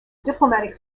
diplomatic